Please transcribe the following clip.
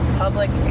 public